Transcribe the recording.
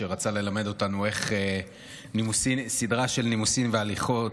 שרצה ללמד אותנו סדרה של נימוסין והליכות,